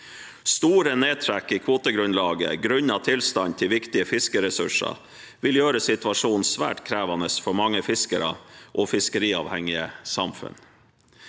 Store nedtrekk i kvotegrunnlaget på grunn av tilstanden til viktige fiskeressurser vil gjøre situasjonen svært krevende for mange fiskere og fiskeriavhengige samfunn.